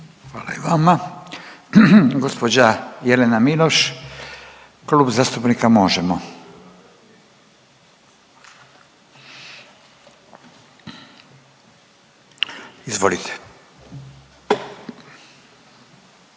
Hvala i vama. Gospođa Jelena Miloš, Klub zastupnika Možemo! Izvolite.